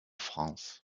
france